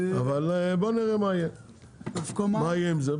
אבל נראה מה יהיה עם זה.